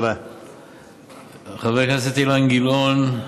חבר הכנסת אילן גילאון,